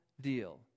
deal